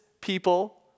people